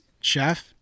chef